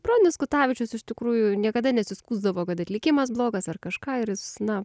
bronius kutavičius iš tikrųjų niekada nesiskųsdavo kad atlikimas blogas ar kažką ir jis na